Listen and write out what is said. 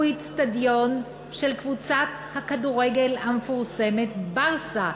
האיצטדיון של קבוצת הכדורגל המפורסמת "בארסה",